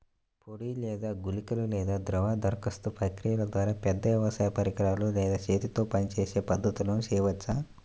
పొడి లేదా గుళికల లేదా ద్రవ దరఖాస్తు ప్రక్రియల ద్వారా, పెద్ద వ్యవసాయ పరికరాలు లేదా చేతితో పనిచేసే పద్ధతులను చేయవచ్చా?